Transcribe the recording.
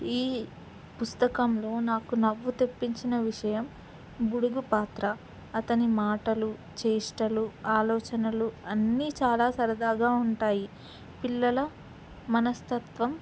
ఈ పుస్తకంలో నాకు నవ్వు తెప్పించిన విషయం బుడుగు పాత్ర అతని మాటలు చేష్టలు ఆలోచనలు అన్నీ చాలా సరదాగా ఉంటాయి పిల్లల మనస్తత్వం